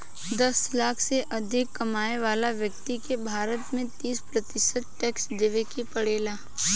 दस लाख से अधिक कमाए वाला ब्यक्ति के भारत में तीस प्रतिशत टैक्स देवे के पड़ेला